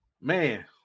Man